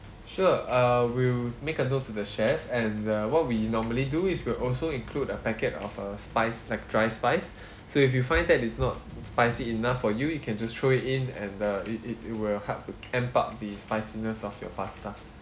sure uh we'll make a note to the chef and uh what we normally do is we'll also include a packet of a spice like dry spice so if you find that it's not spicy enough for you you can just throw it in and uh it it it will help to amp up the spiciness of your pasta